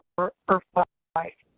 or irf-pai. like